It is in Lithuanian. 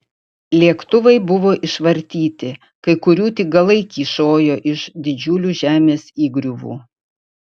lėktuvai buvo išvartyti kai kurių tik galai kyšojo iš didžiulių žemės įgriuvų